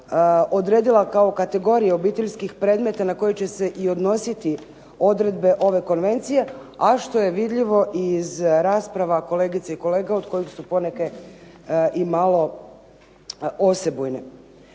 odredila kao kategorije obiteljskih predmeta na koje će se i odnositi odredbe ove konvencija, a što je vidljivo iz rasprava kolegice i kolege od kojih su poneke osebujne".